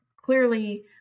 clearly